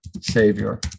savior